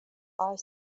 are